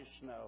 snow